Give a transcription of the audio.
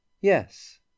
yes